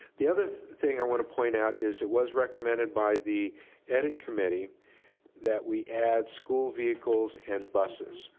the other thing i wanna point out is it was recommended by the edit committee that we add school vehicles and buses.